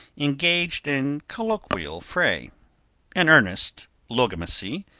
engaged in colloquial fray an earnest logomachy,